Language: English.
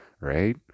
right